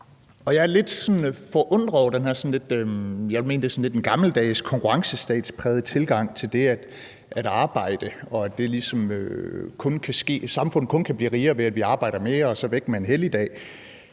her sådan lidt gammeldags konkurrencestatsprægede tilgang til det at arbejde, og at samfundet ligesom kun kan blive rigere, ved at vi arbejder mere og så væk med en helligdag,